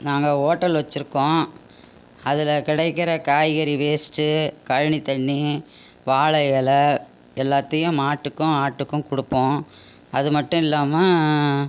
நாங்கள் ஹோட்டல் வச்சிருக்கோம் அதில் கிடைக்கற காய்கறி வேஸ்ட்டு கழனி தண்ணி வாழை இல எல்லாத்தையும் மாட்டுக்கும் ஆட்டுக்கும் கொடுப்போம் அது மட்டும் இல்லாமல்